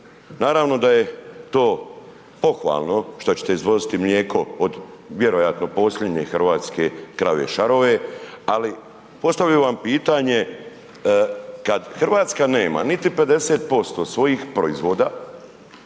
Naravno da je to pohvalno što ćete izvoziti mlijeko od, vjerojatno posljednje hrvatske krave Šaroje, ali postavio bi vam pitanje, kad RH nema niti 50% svojih proizvoda